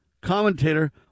commentator